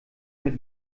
mit